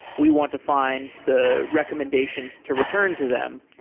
we want to find the recommendations to return to them.